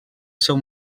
seu